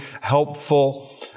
helpful